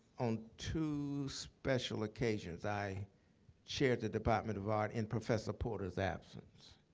on two special occasions, i chaired the department of art in professor porter's absence.